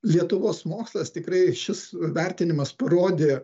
lietuvos mokslas tikrai šis vertinimas parodė